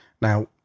now